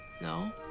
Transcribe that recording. No